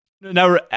Now